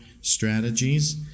strategies